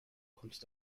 kommst